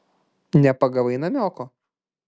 nepagavai namioko